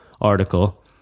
article